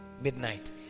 midnight